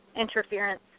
interference